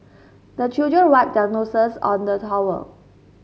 the children wipe their noses on the towel